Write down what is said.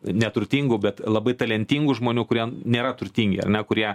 neturtingų bet labai talentingų žmonių kurie nėra turtingi ar ne kurie